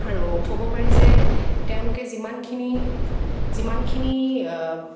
আৰু ক'ব পাৰি যে তেওঁলোকে যিমানখিনি যিমানখিনি